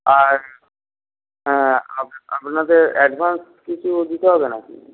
আর হ্যাঁ আপনাদের অ্যাডভান্স কিছু দিতে হবে নাকি